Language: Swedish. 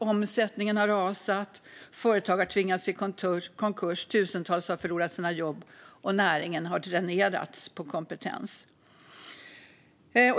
Omsättningen har rasat, företag har tvingats i konkurs, tusentals personer har förlorat sina jobb och näringen har dränerats på kompetens.